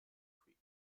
creek